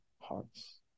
hearts